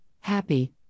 happy